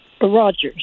Rogers